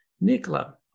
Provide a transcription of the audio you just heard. Nicola